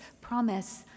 promise